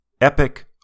epic